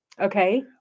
Okay